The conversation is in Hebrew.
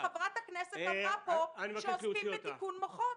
חברת הכנסת אמרה פה שעוסקים בתיקון מוחות.